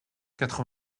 quatre